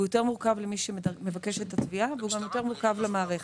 הוא מורכב יותר למי שמגיש את התביעה והוא גם מורכב יותר למערכת.